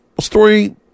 story